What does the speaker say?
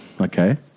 Okay